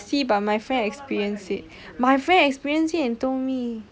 I didn't see but my friend experience it my friend experienced it and told me